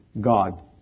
God